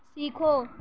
سیکھو